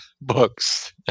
books